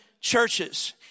churches